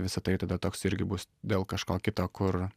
visa tai tada toks irgi bus dėl kažko kito kur